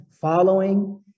following